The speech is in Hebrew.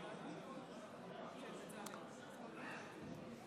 שלוש דקות.